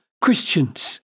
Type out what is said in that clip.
Christians